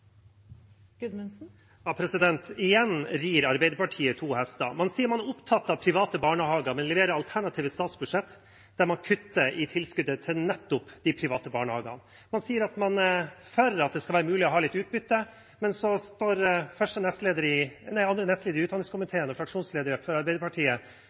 Igjen rir Arbeiderpartiet to hester. Man sier man er opptatt av private barnehager, men leverer alternative statsbudsjett der man kutter i tilskuddet til nettopp de private barnehagene. Man sier at man er for at det skal være mulig å ha litt utbytte, men så står andre